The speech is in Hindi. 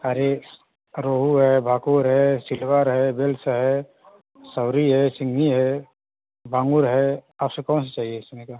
अरे रोहू है भाकुर है सिल्वर है वेल्स है सौरी है सिंघी है बाँगुर है आपसे कौन से चाहिए इसमें का